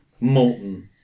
molten